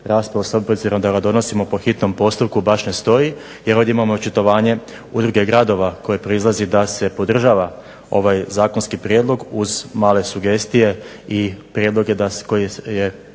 raspravu s obzirom da ga donosimo po hitnom postupku baš ne stoji, jer ovdje imamo očitovanje Udruge gradova koje proizlazi da se podržava ovaj zakonski prijedlog uz male sugestije i prijedlog je